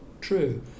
true